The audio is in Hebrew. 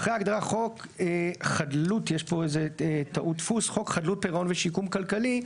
(3) אחרי ההגדרה "חוק חדלות פירעון ושיקום כלכלי"